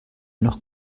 noch